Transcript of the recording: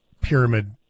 pyramid